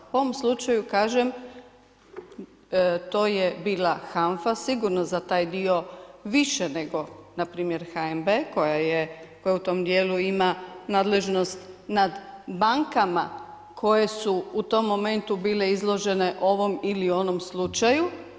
U ovom slučaju kažem to je bila HANF-a sigurno za taj dio više nego npr. HNB-e koja u tom dijelu ima nadležnost nad bankama koje su u tom momentu bile izložene ovom ili onom slučaju.